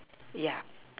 ya